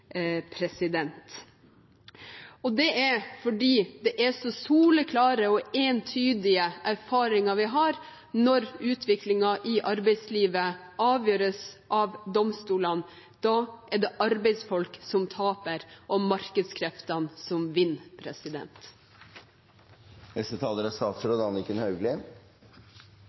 fordi det er så soleklare og entydige erfaringer vi har. Når utviklingen i arbeidslivet avgjøres av domstolene, er det arbeidsfolk som taper, og markedskreftene som vinner.